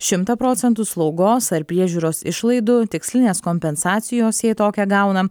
šimtą procentų slaugos ar priežiūros išlaidų tikslinės kompensacijos jei tokią gauna